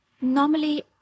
normally